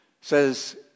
says